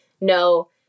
no